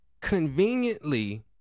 conveniently